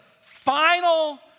final